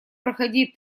проходи